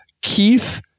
Keith